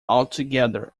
altogether